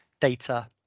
data